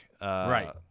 Right